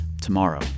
Tomorrow